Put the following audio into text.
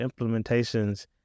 implementations